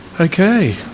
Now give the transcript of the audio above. okay